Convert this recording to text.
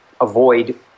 avoid